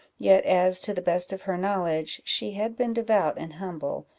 yet as, to the best of her knowledge, she had been devout and humble,